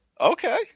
Okay